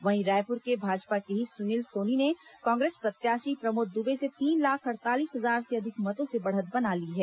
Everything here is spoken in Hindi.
वहीं रायपुर से भाजपा के ही सुनील सोनी ने कांग्रेस प्रत्याशी प्रमोद दुबे से तीन लाख अड़तालीस हजार से अधिक मतों से बढ़त बना ली है